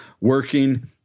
working